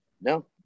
No